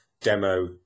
demo